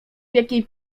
jakiej